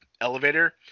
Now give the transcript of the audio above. elevator